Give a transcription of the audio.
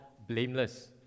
blameless